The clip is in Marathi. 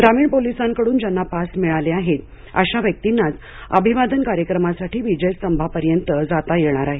ग्रामीण पोलिसांकडून ज्यांना पास मिळाले आहेत अशा व्यक्तींनाच अभिवादन कार्यक्रमासाठी विजय स्तंभापर्यंत जाता येणार आहे